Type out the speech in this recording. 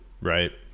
Right